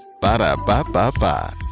Ba-da-ba-ba-ba